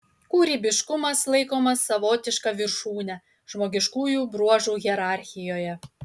kūrybiškumas laikomas savotiška viršūne žmogiškųjų bruožų hierarchijoje